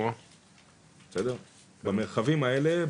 במרחבים האלה,